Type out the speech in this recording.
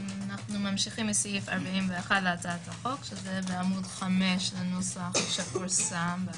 אנחנו ממשיכים בסעיף 41 להצעת החוק שזה בעמ' 5 לנוסח שפורסם.